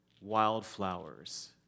wildflowers